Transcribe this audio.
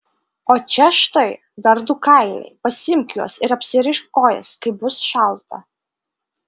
o čia štai dar du kailiai pasiimk juos ir apsirišk kojas kai bus šalta